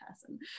person